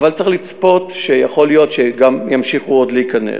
אבל צריך לצפות שיכול להיות שגם ימשיכו עוד להיכנס.